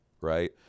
right